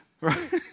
Right